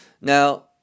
now